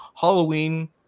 halloween